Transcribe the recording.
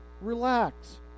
Relax